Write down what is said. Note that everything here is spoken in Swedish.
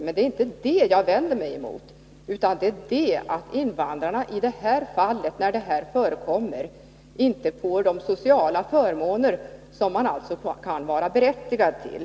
Men det är inte det jag vänder mig mot utan det faktum att invandrarna i de fall detta förekommer inte får de sociala förmåner som de kan vara berättigade till.